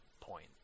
point